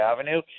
Avenue